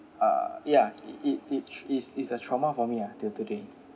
ah ya it it it is is a trauma for me ah till today